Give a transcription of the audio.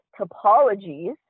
topologies